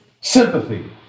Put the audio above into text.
Sympathy